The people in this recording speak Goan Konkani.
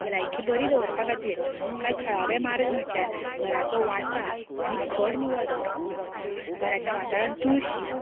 भलायकी बरी दवरपा खातीर कांय थळावे मार्ग म्हळ्यार घराचो वाठार आनी घर निवळ दवरप घराच्या वाठारांत तुळशी